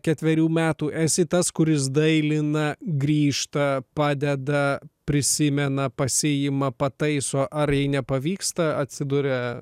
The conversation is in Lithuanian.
ketverių metų esi tas kuris dailina grįžta padeda prisimena pasiima pataiso ar jei nepavyksta atsiduria